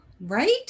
right